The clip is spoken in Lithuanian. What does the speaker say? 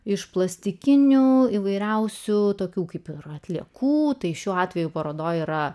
iš plastikinių įvairiausių tokių kaip ir atliekų tai šiuo atveju parodoje yra